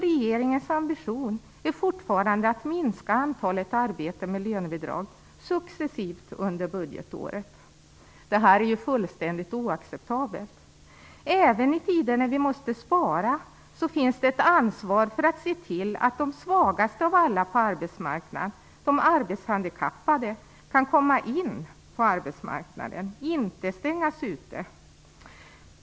Regeringens ambition är alltså fortfarande att successivt minska antalet arbeten med lönebidrag under året. Det här är fullständigt oacceptabelt. Även i tider när vi måste spara finns det ett ansvar för att se till att de svagaste av alla på arbetsmarknaden, de arbetshandikappade, kan komma in på arbetsmarknaden och inte stängs ute.